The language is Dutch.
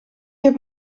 heb